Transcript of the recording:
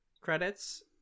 credits